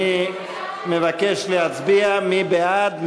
אני מבקש להצביע, מי בעד?